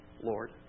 Lord